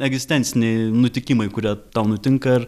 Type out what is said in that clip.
egzistenciniai nutikimai kurie tau nutinka ir